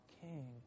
king